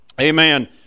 Amen